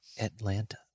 Atlanta